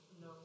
no